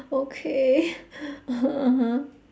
okay (uh huh) (uh huh)